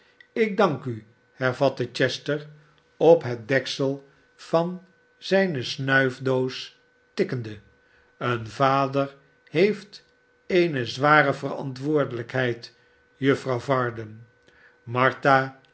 ik dank u hervatte chester op het deksel van zijne snuifdoos tikkende een vader heeft eene zware verantwoordelijkheid juffrouw varden martha